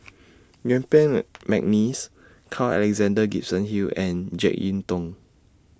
Yuen Peng Mcneice Carl Alexander Gibson Hill and Jek Yeun Thong